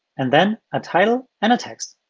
and then a title and a text.